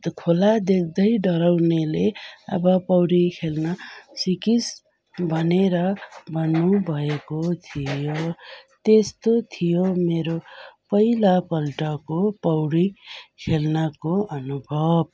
खोला देख्दै डराउनेले अब पौडी खेल्न सिकिस् भनेर भन्नु भएको थियो त्यस्तो थियो मेरो पहिलापल्टको पौडी खेल्नको अनुभव